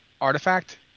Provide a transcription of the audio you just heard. artifact